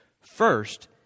First